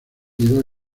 dos